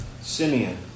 Simeon